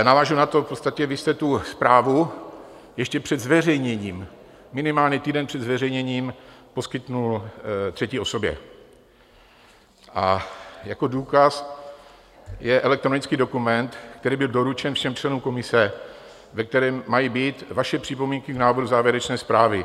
Navážu na to, když jste v podstatě tu zprávu ještě před zveřejněním, minimálně týden před zveřejněním, poskytl třetí osobě, a jako důkaz je elektronický dokument, který byl doručen všem členům komise, ve kterém mají být vaše připomínky k návrhu závěrečné zprávy.